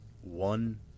one